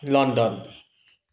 London